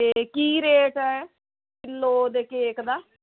ਅਤੇ ਕੀ ਰੇਟ ਹੈ ਕਿਲੋ ਦੇ ਕੇਕ ਦਾ